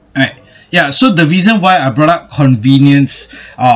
alright ya so the reason why I brought up convenience are